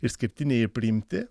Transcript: išskirtiniai priimti